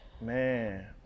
Man